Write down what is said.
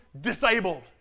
disabled